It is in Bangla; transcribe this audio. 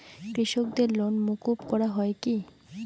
কৃষকদের লোন মুকুব করা হয় কি?